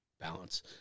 balance